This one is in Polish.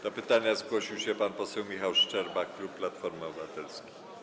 Do pytania zgłosił się pan poseł Michał Szczerba, klub Platformy Obywatelskiej.